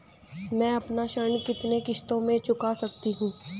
मैं अपना ऋण कितनी किश्तों में चुका सकती हूँ?